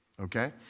Okay